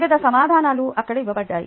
వివిధ సమాధానాలు అక్కడ ఇవ్వబడ్డాయి